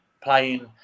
playing